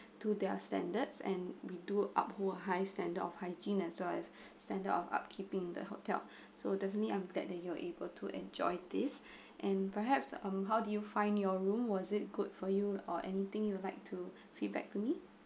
to their standards and we do uphold high standard of hygiene as well as standard of upkeeping the hotel so definitely I'm that that you are able to enjoy this and perhaps um how did you find your room was it good for you or anything you would like to feedback to me